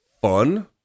fun